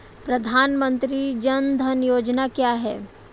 प्रधानमंत्री जन धन योजना क्या है?